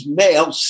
male